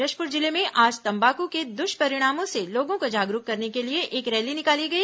जशपुर जिले में आज तम्बाकू के दुष्परिणामों से लोगों को जागरूक करने के लिए एक रैली निकाली गई